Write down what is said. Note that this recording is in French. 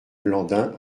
blandin